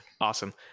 awesome